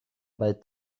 bald